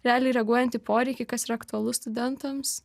realiai reaguojant į poreikį kas yra aktualu studentams